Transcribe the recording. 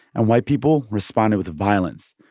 and white people responded with violence.